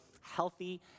healthy